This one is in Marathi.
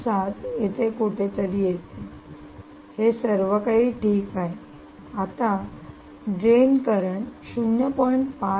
7 येथे कुठेतरी येते हे सर्व काही ठीक आहे आता ड्रेन करंट 0